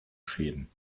schäden